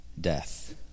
death